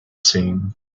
seen